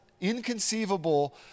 inconceivable